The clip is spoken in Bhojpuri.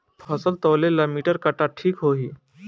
फसल तौले ला मिटर काटा ठिक होही?